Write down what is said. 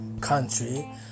country